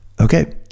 Okay